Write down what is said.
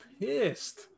pissed